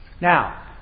Now